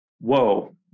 whoa